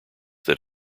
that